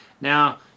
Now